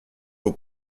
aux